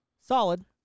Solid